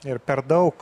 ir per daug